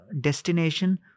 destination